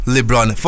LeBron